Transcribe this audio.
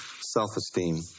Self-esteem